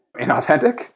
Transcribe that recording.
inauthentic